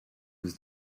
was